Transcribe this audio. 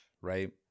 right